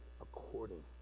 according